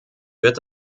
wird